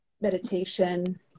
meditation